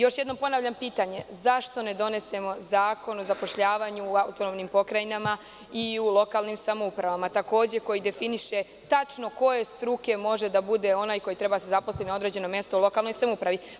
Još jednom ponavljam pitanje – zašto ne donesemo zakon o zapošljavanju u autonomnim pokrajinama i u lokalnim samoupravama, koji definiše tačno koje struke može da bude onaj koji treba da se zaposli na određenom mestu u lokalnoj samoupravi?